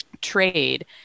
trade